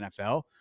NFL